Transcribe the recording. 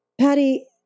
Patty